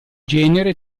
genere